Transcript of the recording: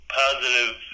positive